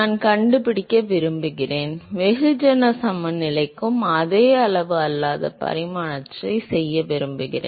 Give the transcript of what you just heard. நான் கண்டுபிடிக்க விரும்புகிறேன் வெகுஜன சமநிலைக்கும் அதே அளவு அல்லாத பரிமாணத்தை செய்ய விரும்புகிறேன்